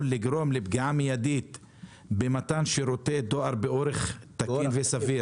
לגרום לפגיעה מידית במתן שירותי דואר באורח תקין וסביר